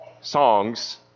Songs